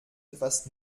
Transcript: etwas